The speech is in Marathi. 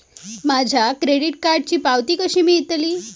माझ्या क्रेडीट कार्डची पावती कशी मिळतली?